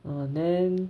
oh then